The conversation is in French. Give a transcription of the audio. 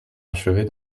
achevait